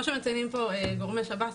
כמו שמציינים פה גורמי שב"ס,